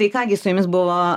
tai ką gi su jumis buvo